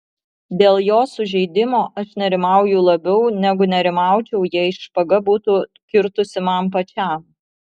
dėl jo sužeidimo aš nerimauju labiau negu nerimaučiau jei špaga būtų kirtusi man pačiam